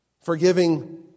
forgiving